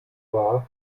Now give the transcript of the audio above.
wahr